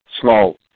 small